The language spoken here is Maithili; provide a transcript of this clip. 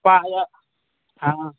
पायल हाँ